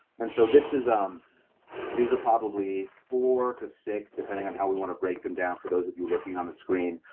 and so this is. um these are probably four to six depending on how we want to break them down for those of you looking on the screen.